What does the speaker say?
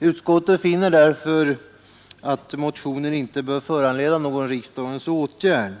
Utskottet anser därför att motionen inte bör föranleda någon riksdagens åtgärd.